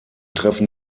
treffen